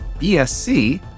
BSC